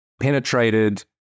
penetrated